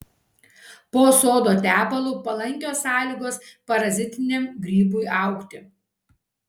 po sodo tepalu palankios sąlygos parazitiniam grybui augti